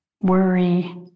worry